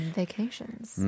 vacations